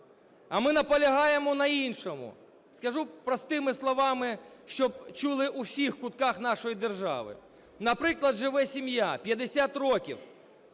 А ми наполягаємо на іншому, скажу простими словами, щоб чули в усіх кутках нашої держави. Наприклад, живе сім'я 50 років,